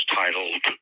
titled